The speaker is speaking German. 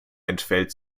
entfällt